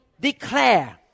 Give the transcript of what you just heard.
declare